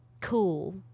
cool